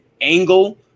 angle